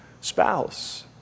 spouse